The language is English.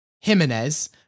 Jimenez